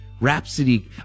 Rhapsody